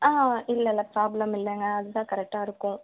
ஆ இல்லை இல்லை ப்ராப்ளம் இல்லைங்க அதுதான் கரெக்டாக இருக்கும்